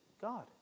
God